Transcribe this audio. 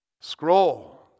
scroll